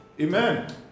Amen